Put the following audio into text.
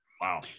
wow